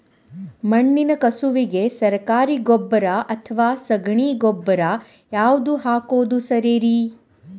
ಮಣ್ಣಿನ ಕಸುವಿಗೆ ಸರಕಾರಿ ಗೊಬ್ಬರ ಅಥವಾ ಸಗಣಿ ಗೊಬ್ಬರ ಯಾವ್ದು ಹಾಕೋದು ಸರೇರಿ?